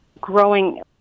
growing